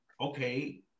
okay